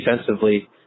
defensively